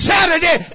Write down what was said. Saturday